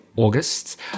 August